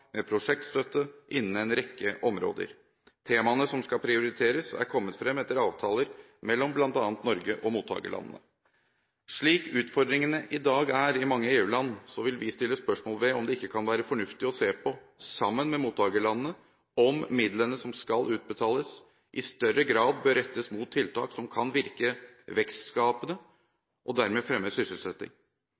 med prosjektstøtte innen en rekke områder. Temaene som skal prioriteres, er kommet frem etter avtaler mellom bl.a. Norge og mottakerlandene. Slik utfordringene i dag er i mange EU-land, vil vi stille spørsmål ved om det ikke kan være fornuftig, sammen med mottakerlandene, å se på om midlene som skal utbetales, i større grad bør rettes mot tiltak som kan virke vekstskapende og dermed fremme sysselsetting.